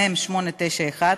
מ/891,